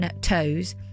toes